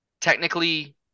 Technically